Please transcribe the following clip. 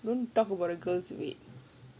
don't talk about the girl's weight